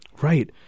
Right